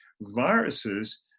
Viruses